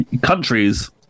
countries